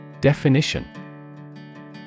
Definition